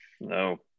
No